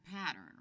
pattern